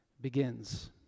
begins